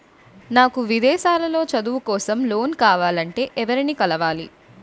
నాకు విదేశాలలో చదువు కోసం లోన్ కావాలంటే ఎవరిని కలవాలి?